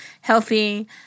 healthy